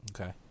okay